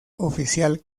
oficial